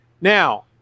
Now